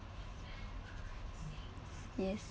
yes